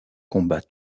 combat